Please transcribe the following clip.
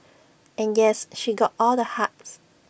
and yes she got all the hugs